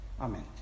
Amen